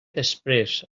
després